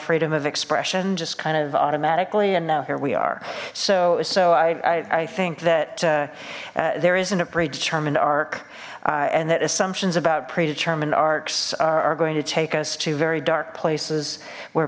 freedom of expression just kind of automatically and now here we are so so i i think that there isn't a predetermined arc and that assumptions about predetermined arcs are going to take us to very dark places where